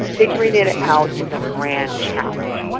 figuring it it out is a grand challenge.